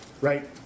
right